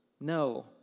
No